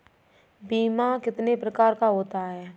बीमा कितने प्रकार का होता है?